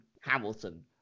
Hamilton